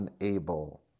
unable